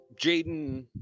Jaden